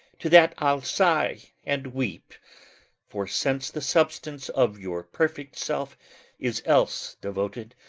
to that i'll sigh and weep for, since the substance of your perfect self is else devoted,